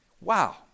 wow